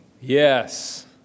Yes